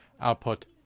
output